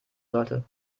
sollte